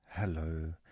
Hello